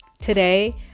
Today